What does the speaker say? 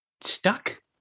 stuck